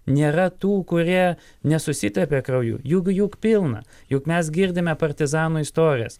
nėra tų kurie nesusitepė krauju juk jų pilna juk mes girdime partizanų istorijas